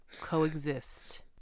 coexist